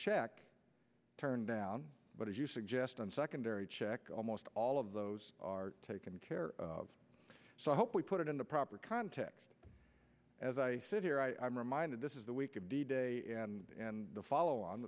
check turned down but as you suggest on secondary check almost all of those are taken care of so i hope we put it in the proper context as i sit here i'm reminded this is the week of d day and the follow on